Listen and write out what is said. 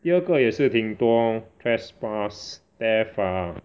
第二个也有挺多 trespass theft ah